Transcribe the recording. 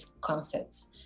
concepts